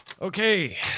Okay